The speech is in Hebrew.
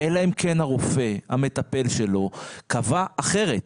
אלא אם כן הרופא המטפל שלו קבע אחרת.